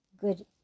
good